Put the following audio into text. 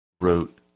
wrote